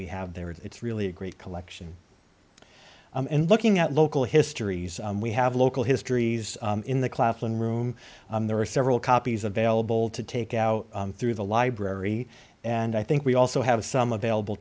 we have there it's really a great collection and looking at local histories we have local histories in the claflin room there are several copies available to take out through the library and i think we also have some available